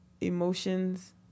emotions